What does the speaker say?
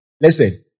Listen